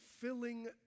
filling